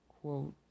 quote